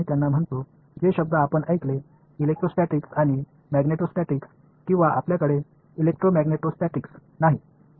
அதனால்தான் நீங்கள் எலெக்ட்ரோஸ்டாடிக் மற்றும் மேக்னடோஸ்டாடிக்ஸ் என்ற சொற்களைக் கேட்கிறீர்கள் அல்லது உங்களிடம் எலெக்ட்ரோமேக்னெடோ ஸ்டாடிக்ஸ் இல்லை